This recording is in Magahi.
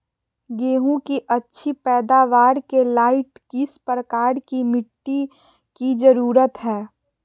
गेंहू की अच्छी पैदाबार के लाइट किस प्रकार की मिटटी की जरुरत है?